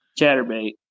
Chatterbait